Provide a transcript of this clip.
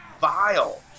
vile